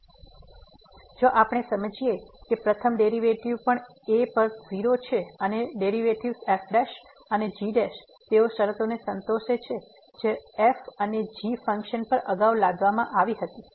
તેથી જો આપણે સમજીએ કે પ્રથમ ડેરિવેટિવ્ઝ પણ a પર 0 છે અને ડેરિવેટિવ્ઝ f અને g તેઓ શરતોને સંતોષે છે જે f અને g ફંક્શન પર અગાઉ લાદવામાં આવી હતી